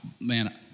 man